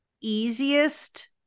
easiest